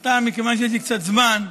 עתה, מכיוון שיש לי קצת זמן,